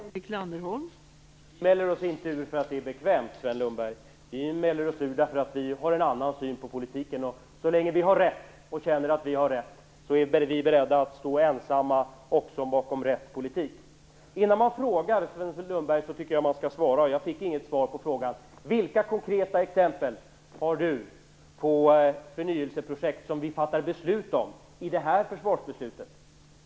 Fru talman! Vi mäler oss inte ur därför att det är bekvämt, Sven Lundberg. Vi mäler oss ur därför att vi har en annan syn på politiken. Så länge vi har rätt och känner att vi har rätt är vi också beredda att stå ensamma bakom rätt politik. Innan man frågar, Sven Lundberg, tycker jag att man skall svara. Jag fick inget svar på frågan om vilka konkreta exempel på förnyelseprojekt som finns i det förslag som vi nu skall fatta beslut om.